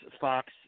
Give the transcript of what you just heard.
Fox